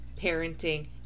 parenting